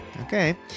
Okay